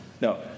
No